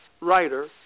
writer